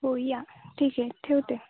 हो या ठीक आहे ठेवते